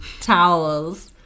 towels